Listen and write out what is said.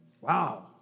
Wow